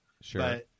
Sure